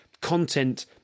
content